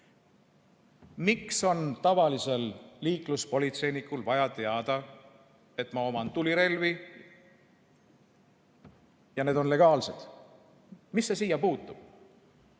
Miks on tavalisel liikluspolitseinikul vaja teada, et ma oman tulirelvi ja need on legaalsed? Mis see siia puutub?